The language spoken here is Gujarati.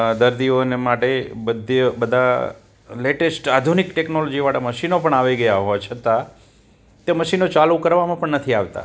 દર્દીઓને માટે બધી બધા લેટેસ્ટ આધુનિક ટેકનોલોજીવાળા મશીનો પણ આવી ગયા હોવા છતાં તે મશીનો ચાલુ કરવામાં પણ નથી આવતા